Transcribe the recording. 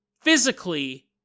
physically